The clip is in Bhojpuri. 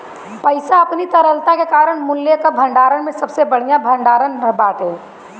पईसा अपनी तरलता के कारण मूल्य कअ भंडारण में सबसे बढ़िया भण्डारण बाटे